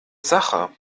sache